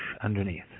underneath